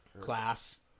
class